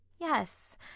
Yes